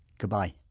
goodbye